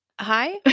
hi